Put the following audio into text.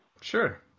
sure